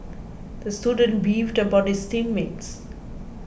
the student beefed about his team mates